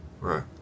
Right